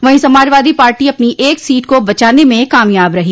वहीं समाजवादी पार्टी अपनी एक सीट को बचाने में कामयाब रही